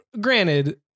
granted